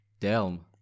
Delm